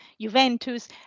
Juventus